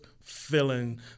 feeling